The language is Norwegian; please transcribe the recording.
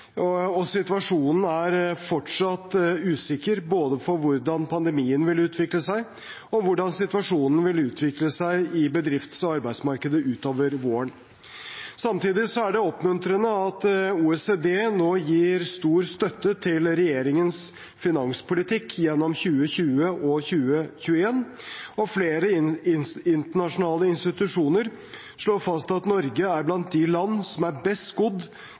og situasjonen er fortsatt usikker når det gjelder både hvordan pandemien vil utvikle seg, og hvordan situasjonen vil utvikle seg i bedrifts- og arbeidsmarkedet ut over våren. Samtidig er det oppmuntrende at OECD nå gir stor støtte til regjeringens finanspolitikk gjennom 2020 og 2021, og flere internasjonale institusjoner slår fast at Norge er blant de land som er best